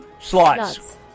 Slots